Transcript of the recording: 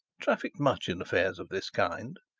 trafficked much in affairs of this kind.